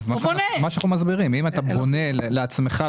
אנחנו מסבירים שאם בונה לעצמך,